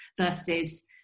versus